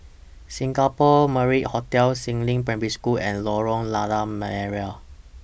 Singapore Marriott Hotel Si Ling Primary School and Lorong Lada Merah